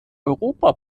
europa